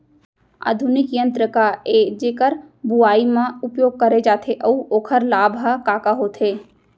आधुनिक यंत्र का ए जेकर बुवाई म उपयोग करे जाथे अऊ ओखर लाभ ह का का होथे?